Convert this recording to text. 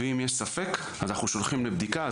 ואם יש ספק אז אנחנו שולחים לבדיקה.